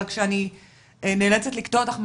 רק שאני נאלצת לקטוע אותך,